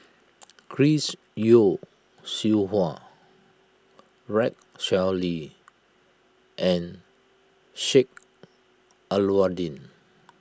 Chris Yeo Siew Hua Rex Shelley and Sheik Alau'ddin